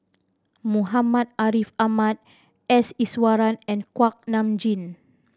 Muhammad Ariff Ahmad S Iswaran and Kuak Nam Jin